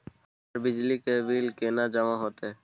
हमर बिजली के बिल केना जमा होते?